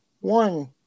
one